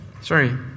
Sorry